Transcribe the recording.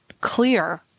clear